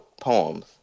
poems